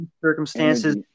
circumstances